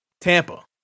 Tampa